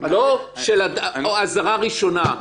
לא אזהרה ראשונה.